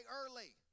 early